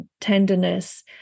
tenderness